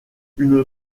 une